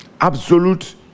absolute